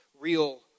real